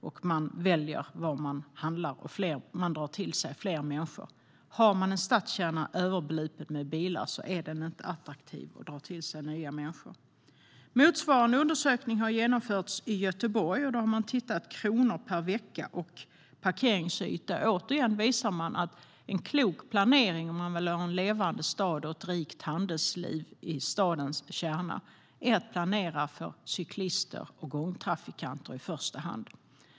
Människor väljer var de handlar, och de drar till sig fler människor. Har man en stadskärna överbelupen med bilar är den inte attraktiv och drar inte till sig nya människor. Motsvarande undersökning har genomförts i Göteborg. Där har man tittat på kronor per vecka och parkeringsyta. Återigen visar man att en klok planering om man vill ha en levande stad och ett rikt handelsliv i stadens kärna är att planera för cyklister och gångtrafikanter i första hand.